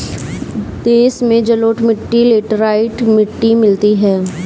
देश में जलोढ़ मिट्टी लेटराइट मिट्टी मिलती है